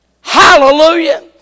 hallelujah